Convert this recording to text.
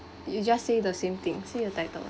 you just say the same thing see your title